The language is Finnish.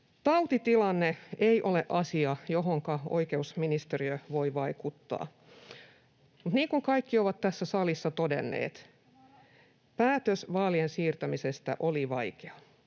Tautitilanne ei ole asia, johonka oikeusministeriö voi vaikuttaa. Niin kuin kaikki ovat tässä salissa todenneet, päätös vaalien siirtämisestä oli vaikea.